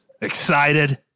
excited